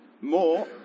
more